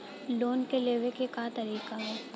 Loan के लेवे क तरीका का ह?